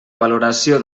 valoració